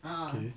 okay